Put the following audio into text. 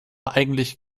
eigentlich